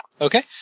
Okay